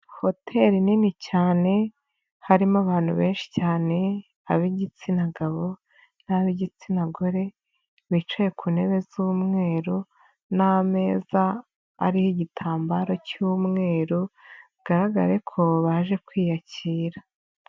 Hoteli nini cyane harimo abantu benshi cyane ab'igitsina gabo n'ab'igitsina gore bicaye ku ntebe z'umweru n'ameza ariho igitambaro cy'umweru bigaragare ko baje kwiyakira.